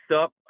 up